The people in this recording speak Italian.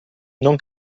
non